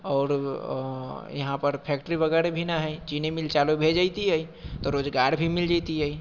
आओर यहाँपर फैक्ट्री वगैरह भी नहि हइ चीनी मिल चालू भऽ जेतिए तऽ रोजगार भी मिल जेतिए